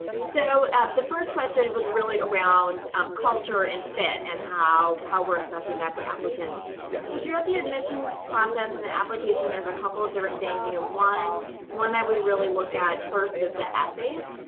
so the first question was really around um culture and fit and how how we're assessing that for applicants. yeah so throughout the admissions process and the application, there's a couple of different things. you know one one i would really look at first is the essays.